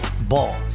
Ball